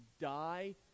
die